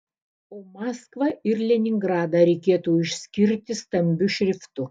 o maskvą ir leningradą reikėtų išskirti stambiu šriftu